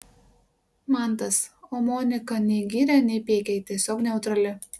mantas o monika nei giria nei peikia ji tiesiog neutrali